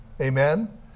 Amen